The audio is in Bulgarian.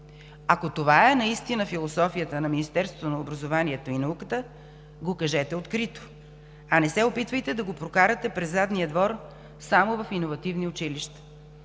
Ако това наистина е философията на Министерството на образованието и науката, го кажете открито, а не се опитвайте да го прокарате през задния двор само в иновативни училища.